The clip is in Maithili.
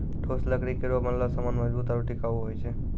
ठोस लकड़ी केरो बनलो सामान मजबूत आरु टिकाऊ होय छै